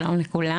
שלום לכולם.